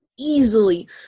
Easily